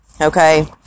okay